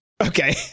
Okay